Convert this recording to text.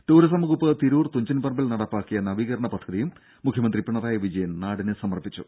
രും ടൂറിസം വകുപ്പ് തിരൂർ തുഞ്ചൻപറമ്പിൽ നടപ്പാക്കിയ നവീകരണ പദ്ധതി മുഖ്യമന്ത്രി പിണറായി വിജയൻ നാടിന് സമർപ്പിച്ചു